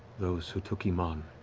those who took emon,